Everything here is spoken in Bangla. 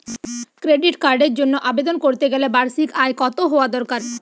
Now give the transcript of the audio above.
ক্রেডিট কার্ডের জন্য আবেদন করতে গেলে বার্ষিক আয় কত হওয়া দরকার?